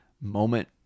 moment